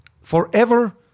forever